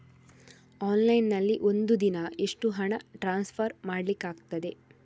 Online ನಲ್ಲಿ ಒಂದು ದಿನ ಎಷ್ಟು ಹಣ ಟ್ರಾನ್ಸ್ಫರ್ ಮಾಡ್ಲಿಕ್ಕಾಗ್ತದೆ?